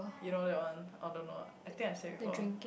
you know that one oh don't know ah I think I say before